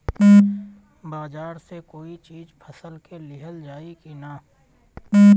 बाजार से कोई चीज फसल के लिहल जाई किना?